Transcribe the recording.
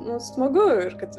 nu smagu ir kad